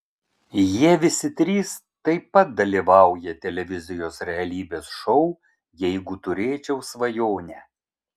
jie visi trys taip pat dalyvauja televizijos realybės šou jeigu turėčiau svajonę